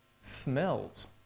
smells